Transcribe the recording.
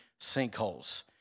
sinkholes